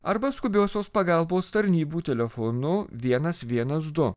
arba skubiosios pagalbos tarnybų telefonu vienas vienas du